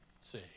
see